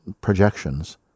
projections